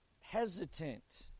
hesitant